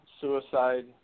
suicide